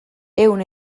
ehun